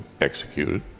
executed